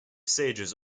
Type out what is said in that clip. sages